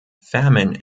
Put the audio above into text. famine